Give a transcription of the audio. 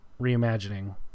reimagining